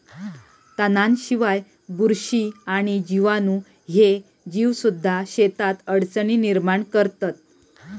तणांशिवाय, बुरशी आणि जीवाणू ह्ये जीवसुद्धा शेतात अडचणी निर्माण करतत